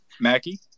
Mackie